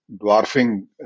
dwarfing